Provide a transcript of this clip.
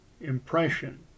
impression